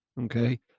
Okay